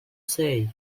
say